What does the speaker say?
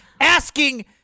asking